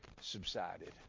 subsided